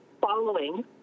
following